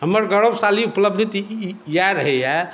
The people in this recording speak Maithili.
हमर गौरवशाली उपलब्धि तऽ इएह रहैया